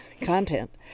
content